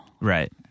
right